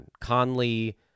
Conley